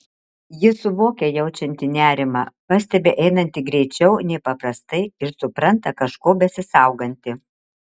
ji suvokia jaučianti nerimą pastebi einanti greičiau nei paprastai ir supranta kažko besisauganti